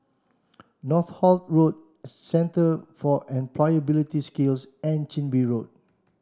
Northolt Road Centre for Employability Skills and Chin Bee Road